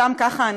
סתם ככה.